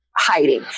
hiding